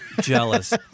Jealous